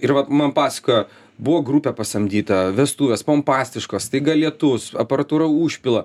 ir vat man pasakojo buvo grupė pasamdyta vestuvės pompastiškos staiga lietus aparatūrą užpila